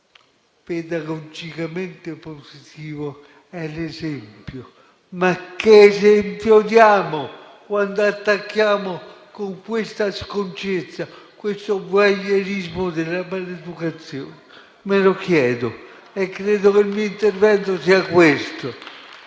pedagogicamente positivo è l'esempio. Ma che esempio diamo quando attacchiamo con questa sconcezza, questo voyerismo della maleducazione? Me lo chiedo e credo che il mio intervento sia questo.